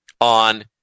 on